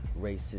racist